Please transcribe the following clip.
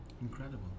Incredible